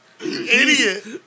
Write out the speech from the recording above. Idiot